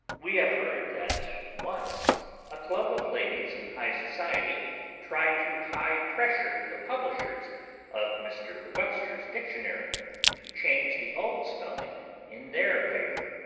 we have heard that once a club of ladies in high society tried to high-pressure the publishers of mr. webster's dictionary to change the old spelling in their favor.